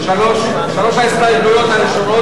מענקים מיוחדים לרשויות,